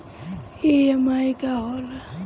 EMI का होला?